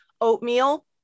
Oatmeal